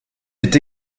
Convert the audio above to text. est